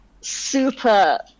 super